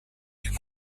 est